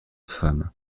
femme